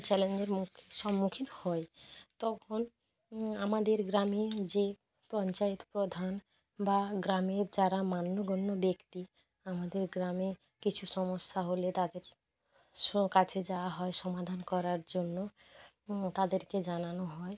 চ্যালেঞ্জের মুখে সম্মুখীন হয় তখন আমাদের গ্রামীণ যে পঞ্চায়েত প্রধান বা গ্রামের যারা মান্যগণ্য ব্যক্তি আমাদের গ্রামে কিছু সমস্যা হলে তাদের সো কাছে যাওয়া হয় সমাধান করার জন্য তাদেরকে জানানো হয়